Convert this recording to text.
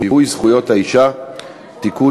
עוברים לחוק שיווי זכויות האישה (תיקון,